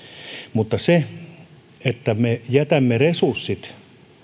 mutta se että me jätämme resurssit